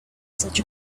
such